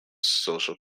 social